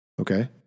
Okay